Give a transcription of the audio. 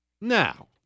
Now